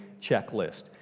checklist